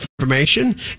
information